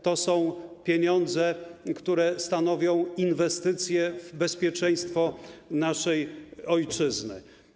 To są pieniądze, które stanowią inwestycję w bezpieczeństwo naszej ojczyzny.